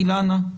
אילנה,